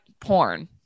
porn